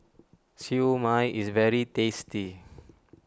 Siew Mai is very tasty